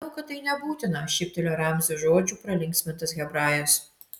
manau kad tai nebūtina šyptelėjo ramzio žodžių pralinksmintas hebrajas